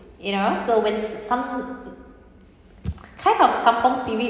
you know so with some kind of kampung spirit